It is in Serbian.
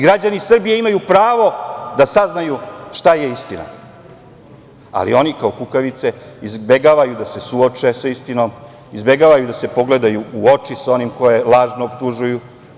Građani Srbije imaju pravo da saznaju šta je istina, ali oni kao kukavice izbegavaju da se suoče sa istinom, izbegavaju da se pogledaju u oči sa onima koje lažno optužuju.